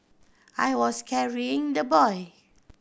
I was carrying the boy